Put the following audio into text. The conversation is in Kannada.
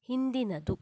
ಹಿಂದಿನದು